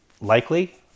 likely